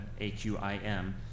AQIM